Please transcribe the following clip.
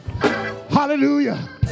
hallelujah